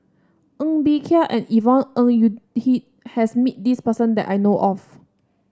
Ng Bee Kia and Yvonne Ng Uhde has meet this person that I know of